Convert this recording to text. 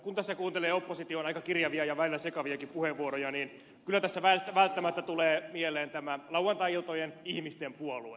kun tässä kuuntelee opposition aika kirjavia ja välillä sekaviakin puheenvuoroja niin kyllä tässä välttämättä tulee mieleen tämä lauantai iltojen ihmisten puolue